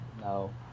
No